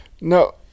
no